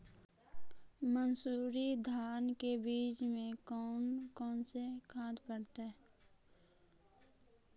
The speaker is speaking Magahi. मंसूरी धान के बीज में कौन कौन से खाद पड़तै?